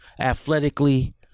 athletically